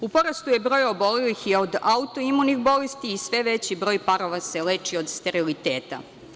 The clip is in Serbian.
U porastu je broj obolelih i od autoimunih bolesti i sve veći broj parova se leči od steriliteta.